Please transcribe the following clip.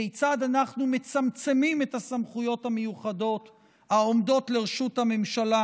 כיצד אנחנו מצמצמים את הסמכויות המיוחדות העומדות לרשות הממשלה